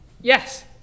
Yes